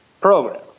program